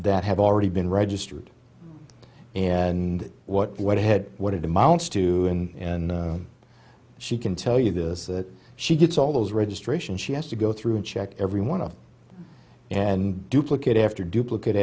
that have already been registered and what what hed what it amounts to in she can tell you this that she gets all those registration she has to go through a check every one of and duplicate after duplicate